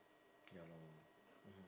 ya lor